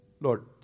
Lord